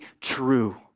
true